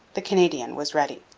the canadian was ready.